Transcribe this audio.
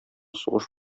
сугыш